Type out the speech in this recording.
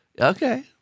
okay